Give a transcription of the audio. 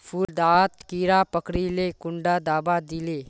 फुल डात कीड़ा पकरिले कुंडा दाबा दीले?